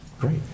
Great